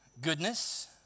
Goodness